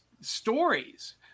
stories